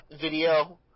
video